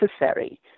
necessary